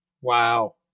Wow